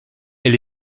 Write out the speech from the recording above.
elle